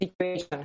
situation